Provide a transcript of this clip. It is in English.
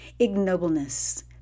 ignobleness